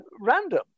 random